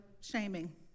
shaming